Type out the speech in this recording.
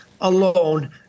alone